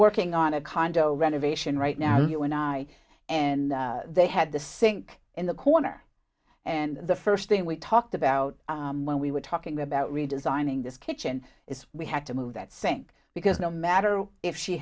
working on a condo renovation right now you and i and they had the sink in the corner and the first thing we talked about when we were talking about redesigning this kitchen is we had to move that sink because no matter if she